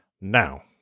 Now